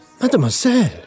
mademoiselle